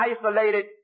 isolated